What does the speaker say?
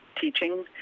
teaching